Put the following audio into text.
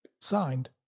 signed